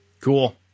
Cool